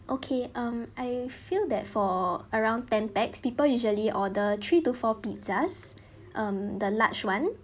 okay um I feel that for around ten pax people usually order three to four pizzas um the large one